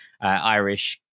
Irish